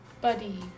Buddy